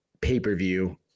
pay-per-view